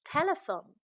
Telephone